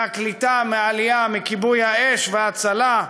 מהקליטה, מהעלייה, מכיבוי האש וההצלה,